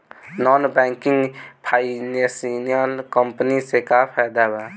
Non banking financial company से का फायदा बा?